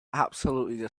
absolutely